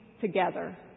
together